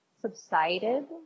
subsided